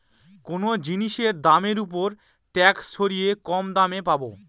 কোনো জিনিসের দামের ওপর ট্যাক্স সরিয়ে কম দামে পাবো